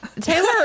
Taylor